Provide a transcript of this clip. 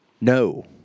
No